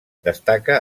destaca